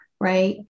right